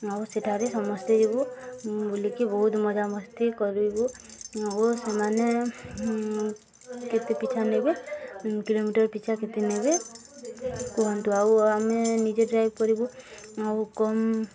ଆଉ ସେଠାରେ ସମସ୍ତେ ଯିବୁ ବୁଲିକି ବହୁତ ମଜାମସ୍ତି କରିବୁ ଆଉ ସେମାନେ କେତେ ପିଛା ନେବେ କିଲୋମିଟର ପିଛା କେତେ ନେବେ କୁହନ୍ତୁ ଆଉ ଆମେ ନିଜେ ଡ୍ରାଇଭ କରିବୁ ଆଉ କମ୍